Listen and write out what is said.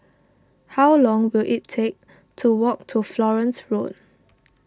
how long will it take to walk to Florence Road